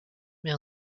mais